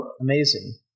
Amazing